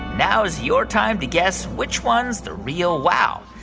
now is your time to guess which one's the real wow.